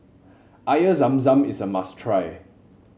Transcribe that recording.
Air Zam Zam is a must try